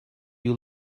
you